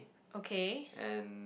okay